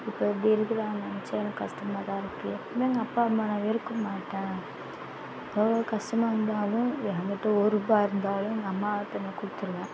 இப்போ இப்படி இருக்குறாங்கன்னு நினச்சா எனக்கு கஷ்டமா தான் இருக்கு இனிமே எங்கள் அப்பா அம்மா நான் வெறுக்க மாட்டேன் எவ்வளோ கஷ்டமா இருந்தாலும் இல்லை நம்மகிட்ட ஒரு ரூபா இருந்தாலும் எங்கள் அம்மாகிட்ட நான் கொடுத்துருவேன்